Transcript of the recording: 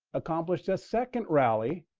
accomplished a second rally,